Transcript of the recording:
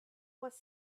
was